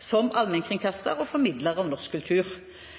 som